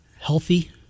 healthy